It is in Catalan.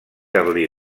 carlí